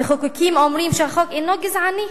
המחוקקים אומרים שהחוק אינו גזעני,